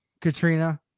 Katrina